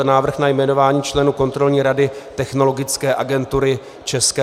Návrh na jmenování členů Kontrolní rady Technologické agentury ČR.